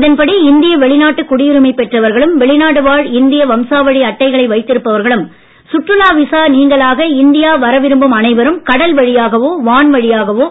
இதன்படி இந்திய வெளிநாட்டு குடியுரிமை பெற்றவர்களும் வெளிநாடு வாழ் இந்திய வம்சாவழி அட்டைகளை வைத்திருப்பவர்களும் சுற்றுலா விசா நீங்கலாக இந்தியா வர விரும்பும் அனைவரையும் கடல் வழியாகவோ வான் வழியாகவோ